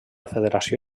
federació